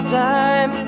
time